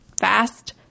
fast